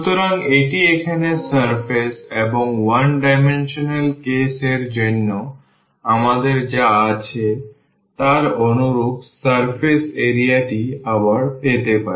সুতরাং এটি এখানে সারফেস এবং 1 ডাইমেনশনাল কেস এর জন্য আমাদের যা আছে তার অনুরূপ সারফেস এরিয়াটি আবার পেতে পারি